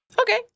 Okay